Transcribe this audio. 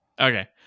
Okay